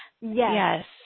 Yes